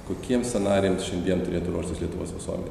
kokiems scenarijams šiandien turėtų ruoštis lietuvos visuomenė